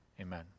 Amen